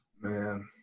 Man